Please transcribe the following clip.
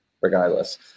regardless